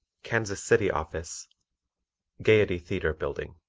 kansas city office gayety theatre bldg.